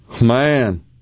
Man